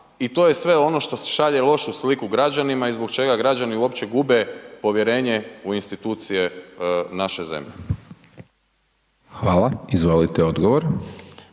i to je sve ono što šalje lošu sliku građanima i zbog građani uopće gube povjerenje u institucije naše zemlje. **Hajdaš Dončić,